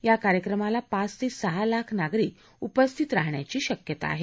या कार्यक्रमाला पाच ते सहा लाख नागरिक उपस्थित राहण्याची शक्यता आहे